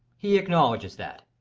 he acknowledges that.